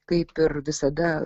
kaip ir visada